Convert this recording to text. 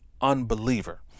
unbeliever